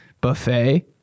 buffet